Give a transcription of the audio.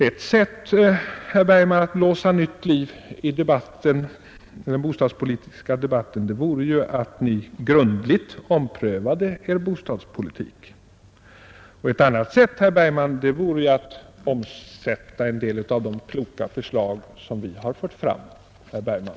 Ett sätt, herr Bergman, att blåsa nytt liv i den bostadspolitiska debatten vore ju att ni omprövade er bostadspolitik. Och ett annat sätt vore att omsätta en del av de kloka förslag som vi har fört fram, herr Bergman!